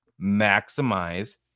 maximize